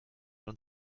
und